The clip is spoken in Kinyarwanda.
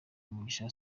mugisha